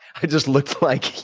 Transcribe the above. i just looked like,